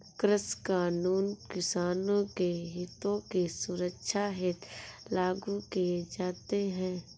कृषि कानून किसानों के हितों की सुरक्षा हेतु लागू किए जाते हैं